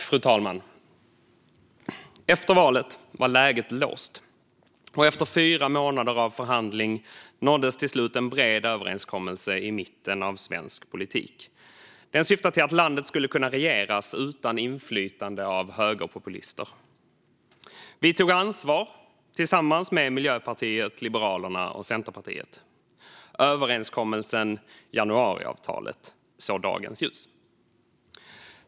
Fru talman! Efter valet var läget låst, men efter fyra månader av förhandling nåddes till slut en bred överenskommelse i mitten av svensk politik. Den syftade till att landet skulle kunna regeras utan inflytande av högerpopulister. Vi tog ansvar tillsammans med Miljöpartiet, Liberalerna och Centerpartiet. Överenskommelsen, januariavtalet, såg dagens ljus.